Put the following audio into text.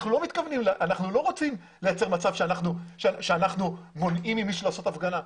אנחנו לא רוצים לייצר מצב שאנחנו מונעים ממישהו לעשות הפגנה.